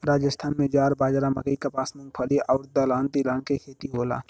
राजस्थान में ज्वार, बाजरा, मकई, कपास, मूंगफली आउर दलहन तिलहन के खेती होला